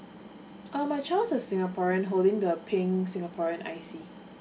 oh my child is a singaporean holding the pink singaporean I_C